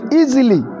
easily